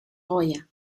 goya